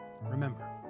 Remember